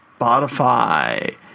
Spotify